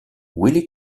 willy